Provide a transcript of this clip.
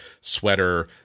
sweater